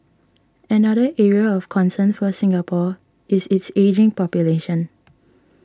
another area of concern for Singapore is its ageing population